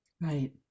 Right